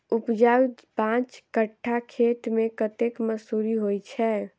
उपजाउ पांच कट्ठा खेत मे कतेक मसूरी होइ छै?